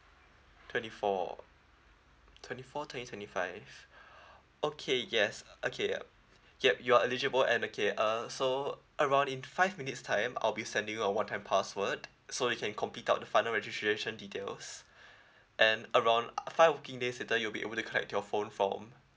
twenty four twenty four turning twenty five okay yes okay yup yup you are eligible and okay uh so around in five minutes time I'll be sending you a one time password so you can complete out the final registration details and around five working days later you'll be able to collect your phone from